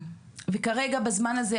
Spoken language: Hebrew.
וכרגע בזמן הזה,